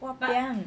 !wahpiang!